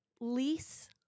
lease